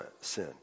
sin